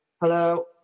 Hello